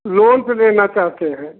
loan से लेना चाहते हैं